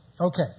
Okay